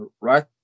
Right